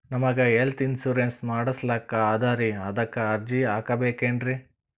ನಮಗ health insurance ಮಾಡಸ್ಲಾಕ ಅದರಿ ಅದಕ್ಕ ಅರ್ಜಿ ಹಾಕಬಕೇನ್ರಿ?